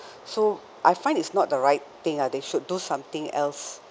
so I find it's not the right thing lah they should do something else